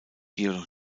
jedoch